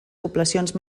poblacions